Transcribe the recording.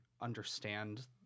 understand